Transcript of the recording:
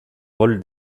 rôle